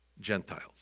Gentiles